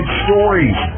stories